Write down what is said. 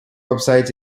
websites